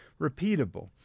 repeatable